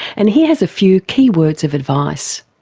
and he has a few key words of advice.